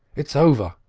it's over!